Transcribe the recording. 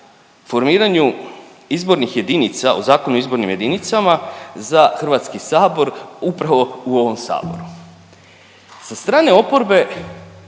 formiranju izbornih jedinica o Zakonu o izbornim jedinicama za Hrvatski sabor upravo u ovom saboru. Sa strane oporbe